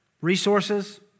resources